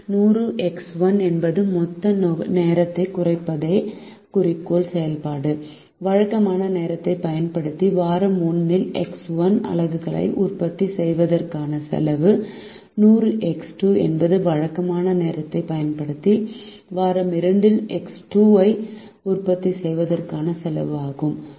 100 X1 என்பது மொத்த நேரத்தைக் குறைப்பதே குறிக்கோள் செயல்பாடு வழக்கமான நேரத்தைப் பயன்படுத்தி வாரம் 1 இல் எக்ஸ் 1 அலகுகளை உற்பத்தி செய்வதற்கான செலவு 100 எக்ஸ் 2 என்பது வழக்கமான நேரத்தைப் பயன்படுத்தி வாரம் 2 இல் எக்ஸ் 2 ஐ உற்பத்தி செய்வதற்கான செலவு ஆகும்